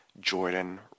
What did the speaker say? Jordan